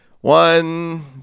One